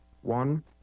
One